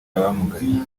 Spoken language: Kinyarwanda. abamugaye